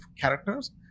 characters